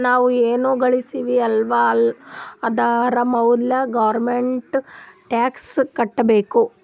ನಾವ್ ಎನ್ ಘಳುಸ್ತಿವ್ ಅಲ್ಲ ಅದುರ್ ಮ್ಯಾಲ ಗೌರ್ಮೆಂಟ್ಗ ಟ್ಯಾಕ್ಸ್ ಕಟ್ಟಬೇಕ್